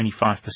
25%